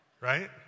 Right